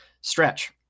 stretch